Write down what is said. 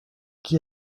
qui